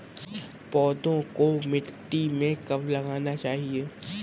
पौधों को मिट्टी में कब लगाना चाहिए?